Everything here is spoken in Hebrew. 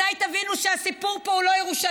מתי תבינו שהסיפור פה הוא לא ירושלים?